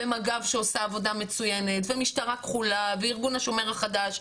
ומג"ב שעושה עבודה מצויינת ומשטרה כחולה וארגון השומר החדש,